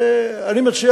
שהועלו,